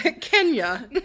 kenya